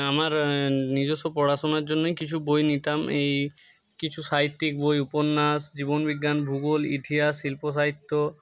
আমার নিজস্ব পড়াশুনার জন্যই কিছু বই নিতাম এই কিছু সাহিত্যিক বই উপন্যাস জীবনবিজ্ঞান ভূগোল ইতিহাস শিল্প সাহিত্য